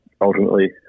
ultimately